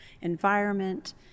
environment